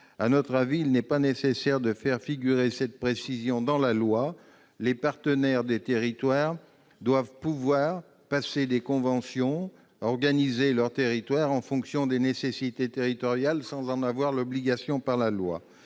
conséquent, il n'est pas nécessaire de faire figurer cette précision dans la loi. Les partenaires des territoires doivent pouvoir passer des conventions et s'organiser en fonction des nécessités territoriales sans y être obligés par la loi.